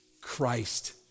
Christ